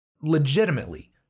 legitimately